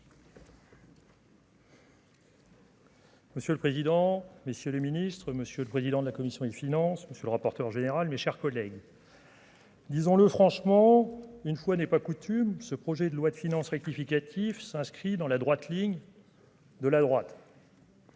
Monsieur le président, messieurs les Ministres, Monsieur le président de la commission des finances, monsieur le rapporteur général, mes chers collègues. Disons-le franchement, une fois n'est pas coutume, ce projet de loi de finances rectificatif s'inscrit dans la droite ligne de la droite.